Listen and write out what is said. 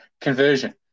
conversion